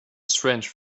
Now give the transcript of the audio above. strange